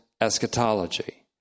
eschatology